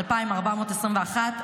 2,421,